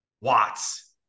watts